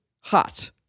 hot